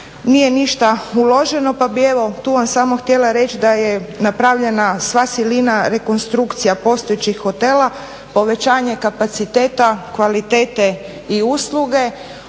nije ništa uloženo pa bi vam tu samo htjela reći da je napravljena sva silina rekonstrukcija postojećih hotela, povećanje kapaciteta, kvalitete i usluge.